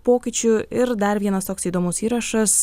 pokyčių ir dar vienas toks įdomus įrašas